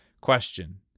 Question